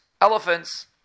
elephants